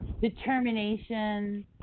determination